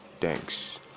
thanks